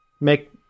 make